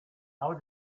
how